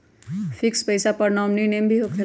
Fix पईसा पर nominee name भी होकेला?